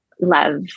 love